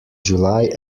july